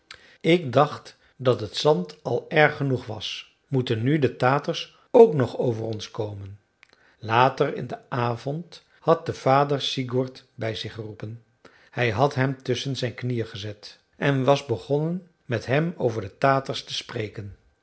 ik dacht dat het zand al erg genoeg was moeten nu de taters ook nog over ons komen later in den avond had de vader sigurd bij zich geroepen hij had hem tusschen zijn knieën gezet en was begonnen met hem over de taters te spreken